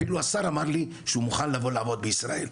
אפילו השר אמר לי שהוא מוכן לבוא לעבוד בישראל.